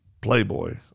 playboy